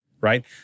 right